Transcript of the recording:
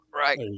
Right